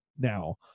now